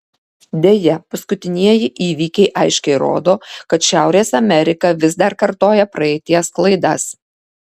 deja paskutinieji įvykiai aiškiai rodo kad šiaurės amerika vis dar kartoja praeities klaidas